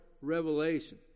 revelation